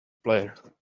player